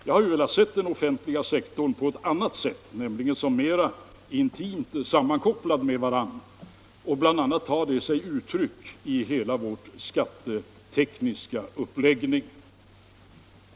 Jag har velat se hela den offentliga sektorn som mera intimt sammankopplad och det tar sig bl.a. uttryck i vår skattetekniska uppläggning.